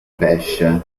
pesce